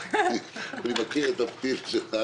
אני מכיר את הפתיל שלך,